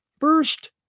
first